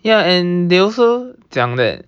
ya and they also 讲 that